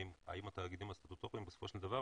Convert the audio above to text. האם התאגידים הסטטוטוריים בסופו של דבר,